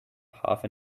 half